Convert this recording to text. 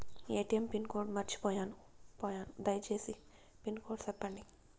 ATM pin code మర్చిపోయాను పోయాను దయసేసి పిన్ కోడ్ సెప్పండి?